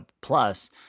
plus